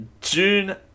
June